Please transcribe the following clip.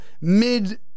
mid